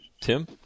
tim